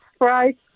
right